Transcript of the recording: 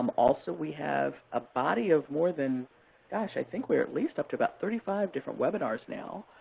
um also, we have a body of more than gosh, i think we're at least up to about thirty five different webinars now,